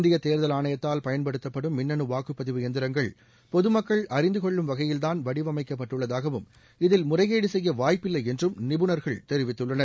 இந்திய தோதல் ஆணையத்தால் பயன்படுத்தப்படும் மின்னனு வாக்குப்பதிவு எந்திரங்கள் பொது மக்கள் அறிந்து கொள்ளும் வகையில்தான் வடிவமைக்கப்பட்டுள்ளதாகவும் இதில் முறைகேடு செய்ய வாய்ப்பில்லை என்றும் நிபுணர்கள் தெரிவித்துள்ளனர்